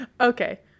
Okay